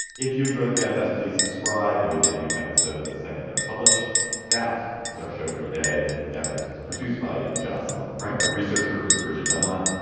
if you enjoyed the as please subscribe, you will get new episodes the second they're published that is our show for today. gabfest is produced by josslyn frank. a researcher is bridget dunlop.